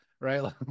Right